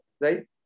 right